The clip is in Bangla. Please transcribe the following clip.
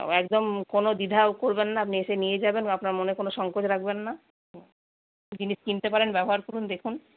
একদম কোনও দ্বিধা করবেন না আপনি এসে নিয়ে যাবেন আপনার মনে কোনও সঙ্কোচ রাখবেন না জিনিস কিনতে পারেন ব্যবহার করুন দেখুন